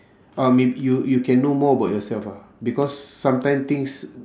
ah may~ you you can know more about yourself ah because sometime things